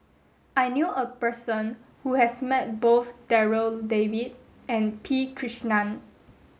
I knew a person who has met both Darryl David and P Krishnan